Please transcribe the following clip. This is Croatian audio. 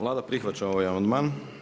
Vlada prihvaća ovaj amandman.